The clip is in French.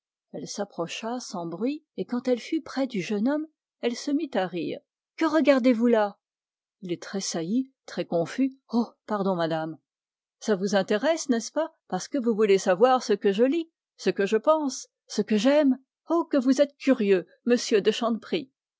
elle s'approcha sans bruit et quand elle fut près du jeune homme elle se mit à rire que regardez-vous là il tressaillit très confus oh pardon madame ça vous intéresse n'est-ce pas parce que vous voulez savoir ce que je lis ce que je pense ce que j'aime oh que vous êtes curieux monsieur de